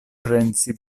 pensi